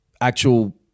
actual